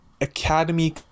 academy